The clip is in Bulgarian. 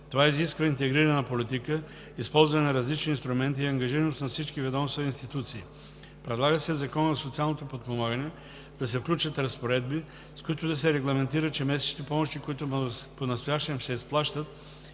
Това изисква интегрирана политика, използване на различни инструменти и ангажираност на всички ведомства и институции. Предлага се в Закона за социално подпомагане да се включат разпоредби, с които да се регламентира, че месечните помощи, които понастоящем се изплащат